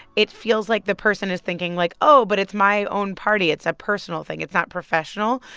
it feels like the person is thinking, like, oh, but it's my own party. it's a personal thing. it's not professional.